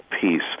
peace